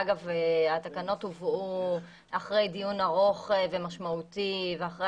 ואגב התקנות הובאו אחרי דיון ארוך ומשמעותי ואחרי